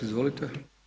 Izvolite.